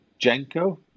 Jenko